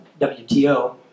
WTO